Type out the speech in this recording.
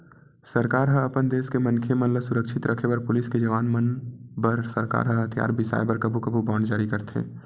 सरकार ह अपन देस के मनखे मन ल सुरक्छित रखे बर पुलिस के जवान मन बर सरकार ह हथियार बिसाय बर कभू कभू बांड जारी करथे